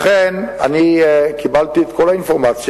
אני קיבלתי את כל האינפורמציה,